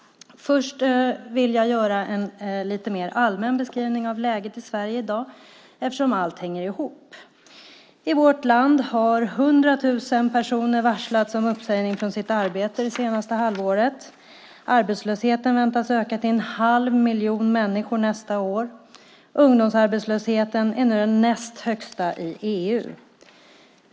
Först vill jag dock göra en lite mer allmän beskrivning av läget i Sverige i dag eftersom allt hänger ihop. I vårt land har 100 000 personer varslats om uppsägning från sitt arbete det senaste halvåret. Arbetslösheten väntas öka till att omfatta en halv miljon människor nästa år. Ungdomsarbetslösheten är nu den näst högsta i EU.